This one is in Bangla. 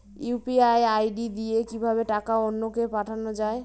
ইউ.পি.আই আই.ডি দিয়ে কিভাবে টাকা অন্য কে পাঠানো যায়?